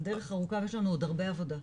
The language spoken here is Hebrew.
הדרך ארוכה ויש לנו עוד הרבה עבודה.